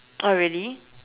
oh really